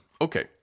Okay